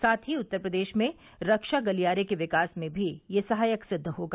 साथ ही उत्तर प्रदेश में रक्षा गलियारे के विकास में भी यह सहायक सिद्व होगा